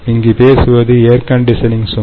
இங்கு பேசுவது air conditioning சுமை